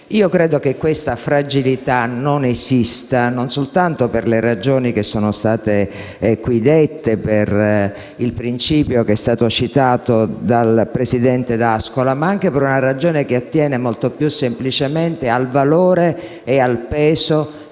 Credo che questa fragilità non esista, e non soltanto per le ragioni che sono state qui dette e per il principio citato dal presidente D'Ascola, ma anche per un motivo che attiene molto più semplicemente al valore e al peso del